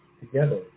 together